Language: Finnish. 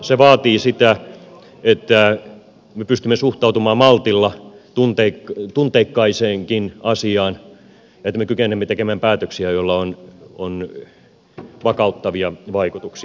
se vaatii sitä että me pystymme suhtautumaan maltilla tunteikkaaseenkin asiaan että me kykenemme tekemään päätöksiä joilla on vakauttavia vaikutuksia